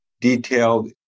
detailed